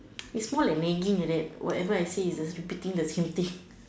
it's more like nagging like that whatever I say is repeating the same thing